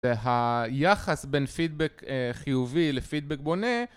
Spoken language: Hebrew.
זה היחס בין פידבק חיובי לפידבק בונה